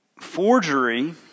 Forgery